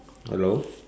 hello